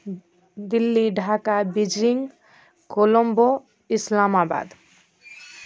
Delhi Dhaka Beijing Colombo Islamabad